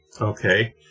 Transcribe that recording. okay